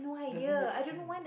doesn't make sense